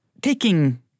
taking